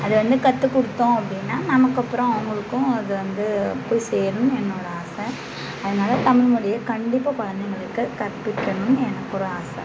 அது வந்து கற்றுக் கொடுத்தோம் அப்படினா நமக்கு அப்புறம் அவங்களுக்கும் அது வந்து போய் சேரும் என்னோட ஆசை அதனால் தமிழ்மொலிய கண்டிப்பாக கொழந்தைங்களுக்கு கற்பிக்கணும்னு எனக்கு ஒரு ஆசை